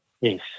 yes